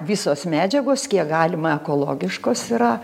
visos medžiagos kiek galima ekologiškos yra